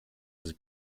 was